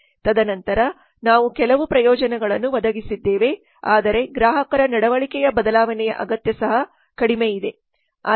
ತದನಂತರ ನಾವು ಕೆಲವು ಪ್ರಯೋಜನಗಳನ್ನು ಒದಗಿಸಿದ್ದೇವೆ ಆದರೆ ಗ್ರಾಹಕರ ನಡವಳಿಕೆಯ ಬದಲಾವಣೆಯ ಅಗತ್ಯ ಸಹ ಕಡಿಮೆ ಇದೆ